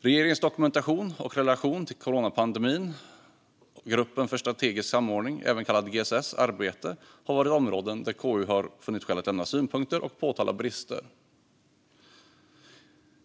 Regeringens dokumentation och relation till coronapandemin och arbetet i gruppen för strategisk samordning, även kallad GSS, är områden där KU har funnit skäl att lämna synpunkter och påtala brister.